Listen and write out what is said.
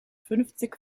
fünfzig